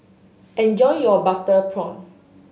enjoy your butter prawn